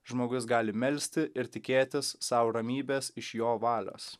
žmogus gali melsti ir tikėtis sau ramybės iš jo valios